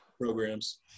programs